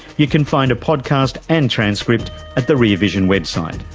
you can find a podcast and transcript at the rear vision website.